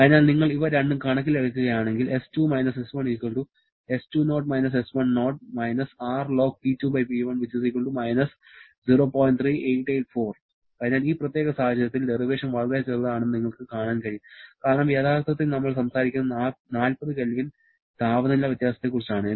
അതിനാൽ നിങ്ങൾ ഇവ രണ്ടും കണക്കിലെടുക്കുകയാണെങ്കിൽ അതിനാൽ ഈ പ്രത്യേക സാഹചര്യത്തിൽ ഡെറിവേഷൻ വളരെ ചെറുതാണെന്ന് നിങ്ങൾക്ക് കാണാൻ കഴിയും കാരണം യഥാർത്ഥത്തിൽ നമ്മൾ സംസാരിക്കുന്നത് 40 K താപനില വ്യത്യാസത്തെക്കുറിച്ചാണ്